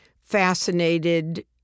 fascinated